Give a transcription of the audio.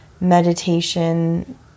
meditation